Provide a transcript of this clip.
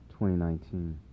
2019